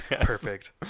Perfect